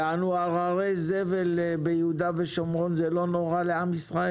יענו הררי זבל ביהודה ושומרון זה לא נורא לעם ישראל?